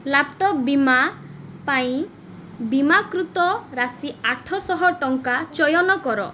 laptop ବୀମା ପାଇଁ ବୀମାକୃତ ରାଶି ଆଠଶହ ଟଙ୍କା ଚୟନ କର